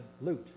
loot